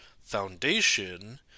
foundation